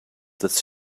does